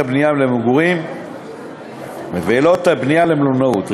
הבנייה למגורים ולא את הבנייה למלונאות,